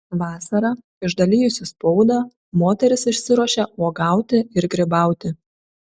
vasarą išdalijusi spaudą moteris išsiruošia uogauti ir grybauti